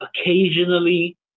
Occasionally